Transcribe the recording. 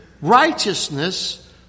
righteousness